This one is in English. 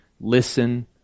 listen